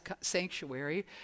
sanctuary